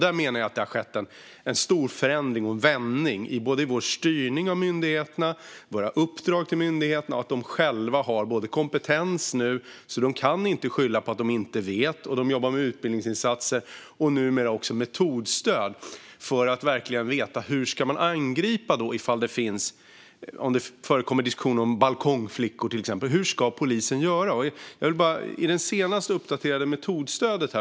Jag menar att en stor förändring och vändning nu har skett när det gäller både vår styrning av myndigheterna och våra uppdrag till dem. De har nu själva kompetens och kan inte skylla på att de inte vet. De jobbar också med utbildningsinsatser och numera metodstöd för att verkligen veta hur man ska angripa det hela om det förekommer diskussioner om till exempel balkongflickor och hur polisen ska göra. Jag vill ge ett exempel på detta.